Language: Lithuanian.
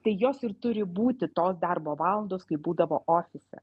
tai jos ir turi būti tos darbo valandos kaip būdavo ofise